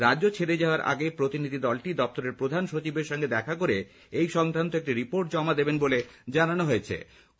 রাজ্য ছেড়ে যাওয়ার আগে প্রতিনিধি দলটি দপ্তরের প্রধান সচিবের সঙ্গে দেখা করে এই সংক্রান্ত একটি রিপোর্ট জমা দেবেন বলে জানানো হয়েছে